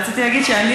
רציתי להגיד שאני,